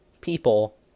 people